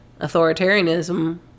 authoritarianism